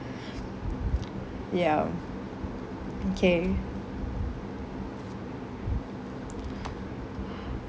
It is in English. ya okay